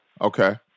okay